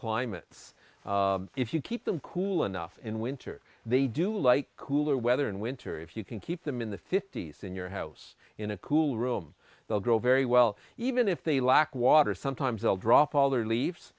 climates if you keep them cool enough in winter they do like cooler weather in winter if you can keep them in the fifty's in your house in a cool room they'll grow very well even if they lack water sometimes they'll drop all their leaves